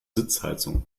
sitzheizung